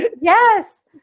Yes